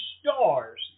stars